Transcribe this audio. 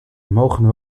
mogen